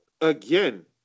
again